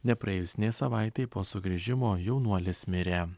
nepraėjus nė savaitei po sugrįžimo jaunuolis mirė